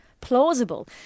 plausible